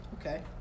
okay